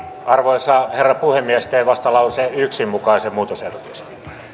arvoisa herra puhemies teen vastalauseen yhden mukaisen muutosehdotuksen